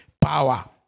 power